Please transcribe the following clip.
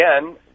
again